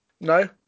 No